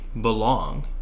belong